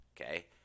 Okay